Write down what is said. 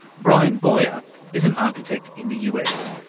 bryan boyer is an architect in the us,